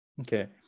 Okay